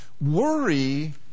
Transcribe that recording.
Worry